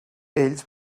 ells